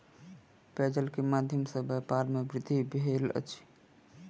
पेयजल के माध्यम सॅ व्यापार में वृद्धि भेल अछि